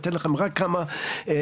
אני אתן לכם רק כמה נקודות,